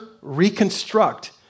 reconstruct